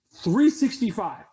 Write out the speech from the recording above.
365